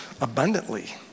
abundantly